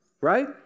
right